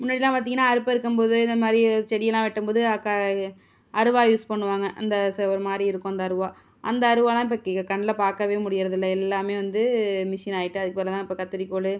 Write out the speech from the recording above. முன்னாடியெலாம் பார்த்திங்கனா அறுபருக்கும்போது இந்த மாதிரி ஏதா செடியெல்லாம் வெட்டும்போது அக்கா அருவாள் யூஸ் பண்ணுவாங்க அந்த ச ஒரு மாதிரி இருக்கும் அந்த அருவாள் அந்த அருவாளெலாம் இப்ப கி க கண்ணில் பார்க்கவே முடியறதில்லை எல்லாமே வந்து மிஷினாயிட்டுது அதுக்கு பதிலாக தான் இப்போ கத்திரிக்கோல்